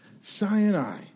Sinai